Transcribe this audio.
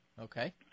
Okay